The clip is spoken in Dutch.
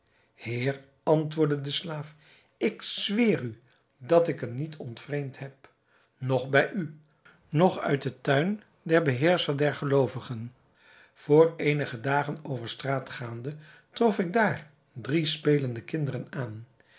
heer antwoordde de slaaf ik zweer u dat ik hem niet ontvreemd heb noch bij u noch uit den tuin van den beheerscher der geloovigen vr eenige dagen over straat gaande trof ik daar drie spelende kinderen aan